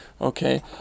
okay